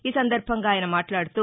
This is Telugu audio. ఈ సందర్భంగా ఆయన మాట్లాడుతూ